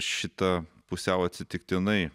šitą pusiau atsitiktinai